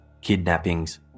kidnappings